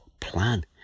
plan